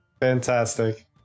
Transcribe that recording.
Fantastic